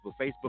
Facebook